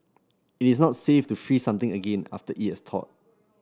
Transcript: it is not safe to freeze something again after it has thawed